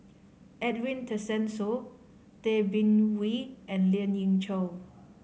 Edwin Tessensohn Tay Bin Wee and Lien Ying Chow